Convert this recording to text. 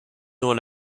dans